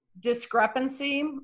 discrepancy